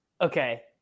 okay